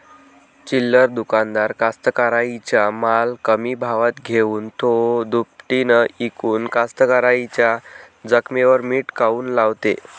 चिल्लर दुकानदार कास्तकाराइच्या माल कमी भावात घेऊन थो दुपटीनं इकून कास्तकाराइच्या जखमेवर मीठ काऊन लावते?